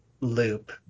loop